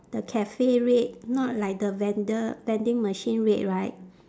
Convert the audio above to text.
the cafe red not like the vendor vending machine red right